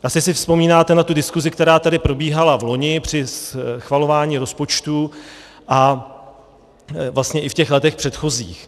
Asi si vzpomínáte na diskusi, která tady probíhala vloni při schvalování rozpočtu a vlastně i v těch letech předchozích.